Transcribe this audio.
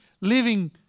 living